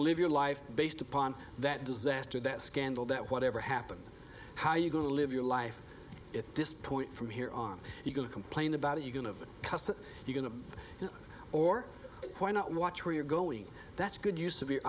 live your life based upon that disaster that scandal that whatever happened how you going to live your life at this point from here on you go to complain about it you going to cuss you going to or why not watch where you're going that's good use of your